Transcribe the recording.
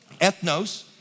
Ethnos